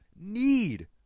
need